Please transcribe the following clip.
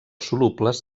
solubles